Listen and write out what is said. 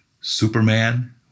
Superman